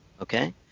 Okay